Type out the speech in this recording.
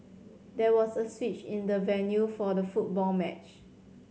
there was a switch in the venue for the football match